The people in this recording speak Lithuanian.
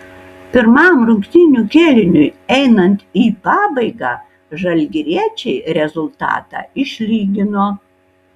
pirmam rungtynių kėliniui einant į pabaigą žalgiriečiai rezultatą išlygino